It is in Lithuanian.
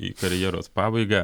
į karjeros pabaigą